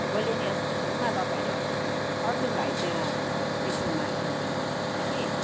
गोले निवासको छेउमा तपाईँले हजुर अर्जुन भाइ त्याँ एसयुएममा क्यान्टिन गर्नुहुन्छ कि